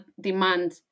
demand